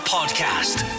Podcast